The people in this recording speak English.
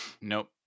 Nope